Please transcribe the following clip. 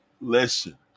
listen